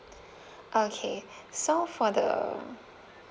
okay so for the